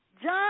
John